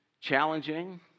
challenging